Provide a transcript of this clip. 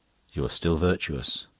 you are still virtuous.